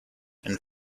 and